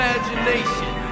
Imagination